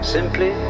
Simply